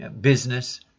business